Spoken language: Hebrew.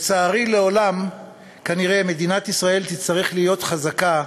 לצערי, לעולם כנראה מדינת ישראל תצטרך להיות חזקה,